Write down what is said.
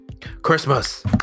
Christmas